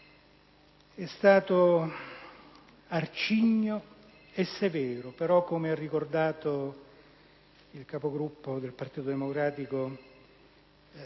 È stato arcigno e severo: però, come ha ricordato la Capogruppo del Partito Democratico,